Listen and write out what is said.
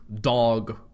dog